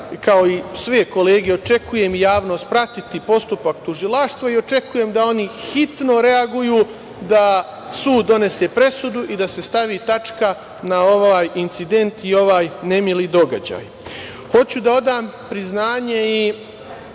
kao i sve kolege i javnost, pratiti postupak tužilaštva. Očekujem da oni hitno reaguju, da sud donese presudu i da se stavi tačka na ovaj incident i ovaj nemili događaj. Hoću da odam priznanje i